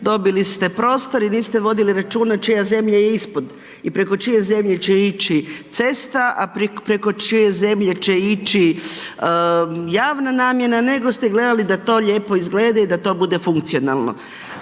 dobili ste prostor i niste vodili računa, čija je zemlja ispod i preko čije zemlje će ići cesta, a preko čije zemlje će ići javna nabava, nego ste gledali da to lijepo izgleda i da to bude funkcionalno.